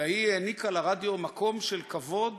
אלא היא העניקה לרדיו מקום של כבוד